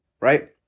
right